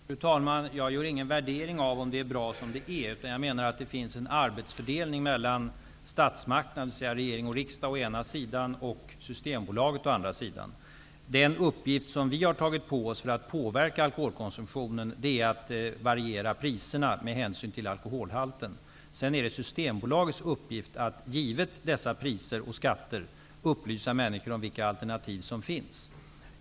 Fru talman! Jag gör ingen värdering av om det är bra som det är. Jag menar att det finns en arbetsfördelning mellan å ena sidan statsmakterna, dvs. regering och riksdag, och å andra sidan Systembolaget. Den uppgift vi har tagit på oss för att påverka alkoholkonsumtionen är att variera priserna med hänsyn till alkoholhalten. Sedan är det Systembolagets uppgift att givet dessa priser och skatter upplysa människor om vilka alternativ som finns.